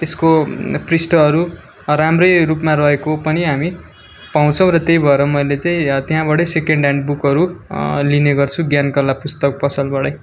त्यसको पृष्टहरू राम्रै रूपमा रहेको पनि हामी पाउँछौँ र त्यही भएर मैले चाहिँ त्यहाँबाटै सेकेन्ड ह्यान्ड बुकहरू लिने गर्छु ज्ञानकला पुस्तक पसलबाटै